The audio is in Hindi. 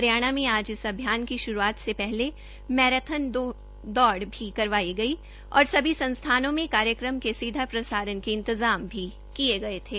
हरियाणा में आज इस अभियान के शुटात से पहले मैराथन दौड़ भी करवाए गए और सभी संस्थानों में कार्यक्रमसीधा प्रसारण के इंजाम भी किया गये थे